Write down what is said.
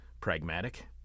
pragmatic